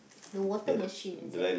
the water machine is it